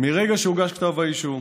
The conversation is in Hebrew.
מרגע שהוגש כתב האישום.